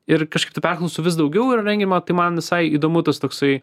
ir kažkaip tų perklausų vis daugiau yra rengiama tai man visai įdomu tas toksai